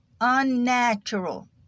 Unnatural